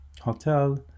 hotel